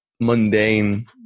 mundane